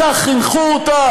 אתה, זה מה שאלוהים מנחה אותך?